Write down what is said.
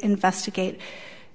investigate